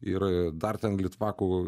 ir dar ten litvakų